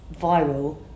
viral